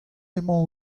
emañ